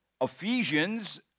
Ephesians